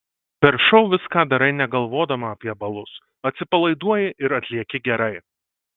per šou viską darai negalvodama apie balus atsipalaiduoji ir atlieki gerai